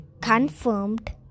confirmed